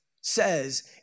says